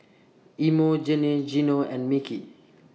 Emogene Geno and Micky